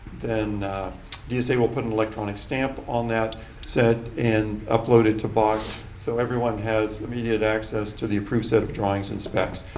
then dsa will put an electronic stamp on that set and upload it to box, so everyone has immediate access to the approved set of drawings and specs.